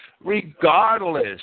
regardless